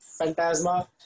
Phantasma